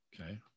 Okay